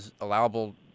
allowable